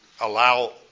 allow